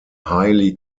highly